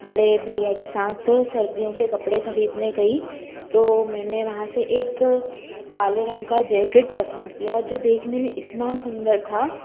बड़े भैया के साथ सर्दियों के कपड़े ख़रीदने गई तो मैंने वहाँ से एक काले रंग का जैकेट पसंद किया जो देखने में इतना सुंदर था